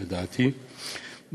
לדעתי,